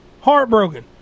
Heartbroken